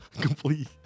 Complete